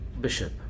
bishop